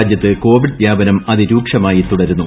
രാജ്യത്ത് കോവിഡ് വ്യാപനം അതിരൂക്ഷമായി തുടരുന്നു